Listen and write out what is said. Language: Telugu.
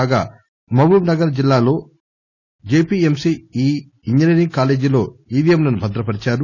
కాగా మహబూబ్ నగర్ జిల్లాలో జేపీఎంసీఈ ఇంజినీరింగ్ కాలేజీలో ఈవీఎంలను భద్రపరిచారు